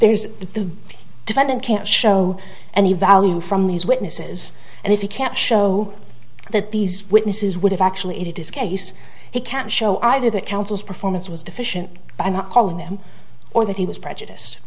there is the defendant can't show any value from these witnesses and if you can't show that these witnesses would have actually it is case he can't show either that counsel's performance was deficient and calling them or that he was prejudiced